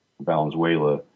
Valenzuela